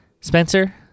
Spencer